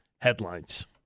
Headlines